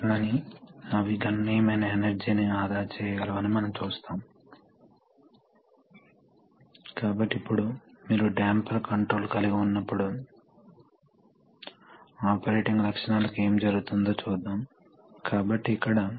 కాబట్టి ఇక్కడ కూడా మీరు ఏక దశ బహుళ దశలను కలిగి ఉండవచ్చు ఇది నాన్ పాజిటివ్ డిస్ప్లేసెమెంట్ ఫాన్స్ అవి సాధారణంగా అధిక ప్రవాహ వాల్యూమ్ సామర్థ్యాలు అవసరమయ్యే చోట ఉపయోగించబడతాయి